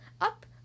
up